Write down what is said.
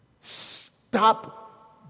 Stop